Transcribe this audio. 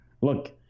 Look